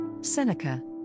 Seneca